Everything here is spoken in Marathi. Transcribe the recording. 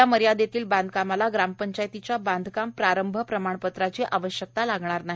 या मर्यादेतील बांधकामास ग्रामपंचायतीच्या बांधकाम प्रारंभ प्रमाणपत्राची आवश्यकता लागणार नाही